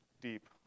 deep